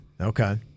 Okay